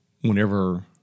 whenever